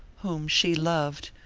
whom she loved,